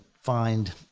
find